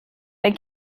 ein